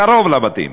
קרוב לבתים,